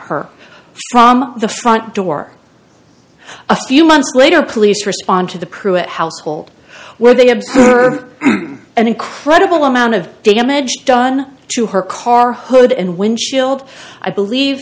her from the front door a few months later police respond to the pruitt household where they have an incredible amount of damage done to her car hood and windshield i believe